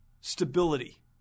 stability